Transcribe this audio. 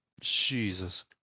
Jesus